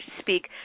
speak